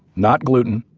not gluten.